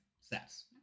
sets